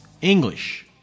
English